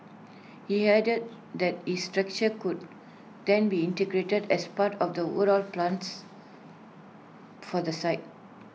he added that the structure could then be integrated as part of the overall plans for the site